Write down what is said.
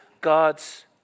God's